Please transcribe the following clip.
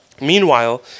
Meanwhile